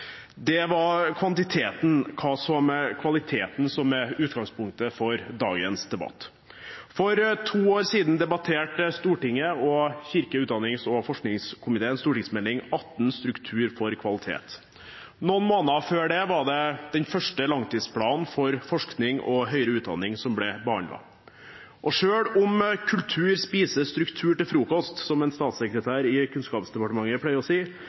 Det var kvantiteten – hva så med kvaliteten, som er utgangspunktet for dagens debatt? For to år siden debatterte Stortinget og kirke-, utdannings- og forskningskomiteen Meld. St. 18 for 2014–2015 Konsentrasjon for kvalitet – Strukturreform i universitets- og høyskolesektoren. Noen måneder før ble den første langtidsplanen for forskning og høyere utdanning behandlet. Og selv om kultur spiser struktur til frokost, som en statssekretær i Kunnskapsdepartementet pleier å si,